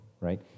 right